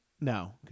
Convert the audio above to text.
No